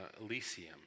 Elysium